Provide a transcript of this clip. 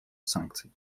санкций